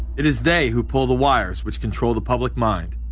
it is they who pull the wires which control the public mind,